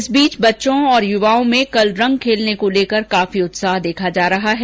इस बीच बच्चों और युवाओं में लोगों में कल रंग खेलने को लेकर काफी उत्साह देखा जा रहा है